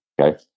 Okay